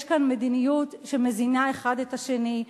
יש כאן מדיניות שמזינים האחד את השני,